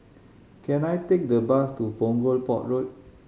can I take a bus to Punggol Port Road